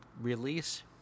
release